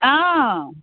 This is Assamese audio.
অঁ